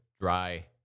dry